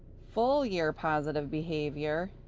full year positive behavior,